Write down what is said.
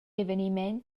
eveniment